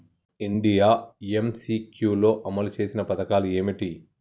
India MCQ లో అమలు చేసిన పథకాలు ఏమిటి?